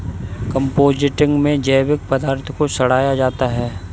composting में जैविक पदार्थ को सड़ाया जाता है